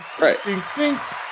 Right